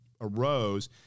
arose